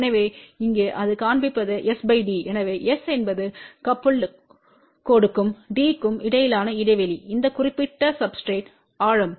எனவே இங்கே அது காண்பிப்பது s d எனவே s என்பது கபுல்டு கோடுக்கும் d க்கும் இடையிலான இடைவெளி இந்த குறிப்பிட்ட சப்ஸ்டிரேட்றின் ஆழம்